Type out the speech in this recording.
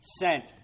sent